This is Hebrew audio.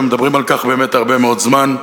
ומדברים על כך הרבה מאוד זמן.